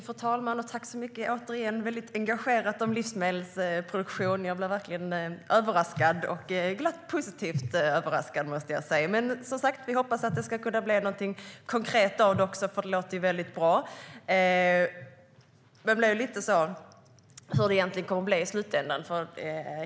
Fru talman! Jag tackar återigen för ett engagerat inlägg om livsmedelsproduktion. Jag blev verkligen glatt och positivt överraskad, måste jag säga. Men vi hoppas som sagt att det ska kunna bli någonting konkret av det också, för det låter väldigt bra. Man undrar lite hur det egentligen kommer att bli i slutändan.